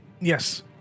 Yes